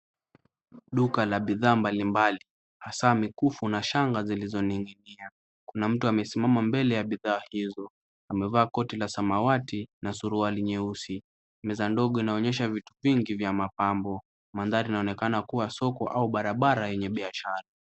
Duka la bidhaa mbalimbali hasa mikufu na shanga zilizoning'inia. Kuna mtu amesimama mbele ya bidhaa hizo. Amevaa koti la samawati na suruali nyeusi. Meza ndogo inaonyesha vitu vingi vya mapambo. Mandhari inaonekana kuwa soko au barabara yenye biashara.